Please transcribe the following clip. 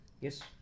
Yes